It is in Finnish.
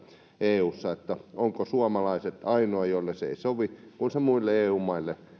eussa että ovatko suomalaiset ainoita joille se ei sovi kun muille eu maille